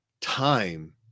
time